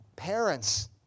Parents